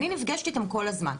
אני נפגשת איתם כל הזמן,